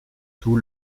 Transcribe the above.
tout